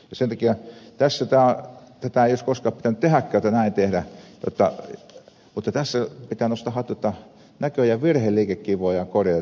sen takia tätä ei olisi koskaan pitänyt tehdäkään että näin tehdään mutta tässä pitää nostaa hattua jotta näköjään virheliikekin voidaan korjata